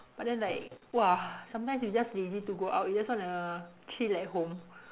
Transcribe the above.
but then like !wah! sometimes you just lazy to go out you just want to chill at home